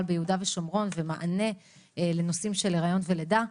ביהודה ושומרון ומענה לנושא של הריון ולידה.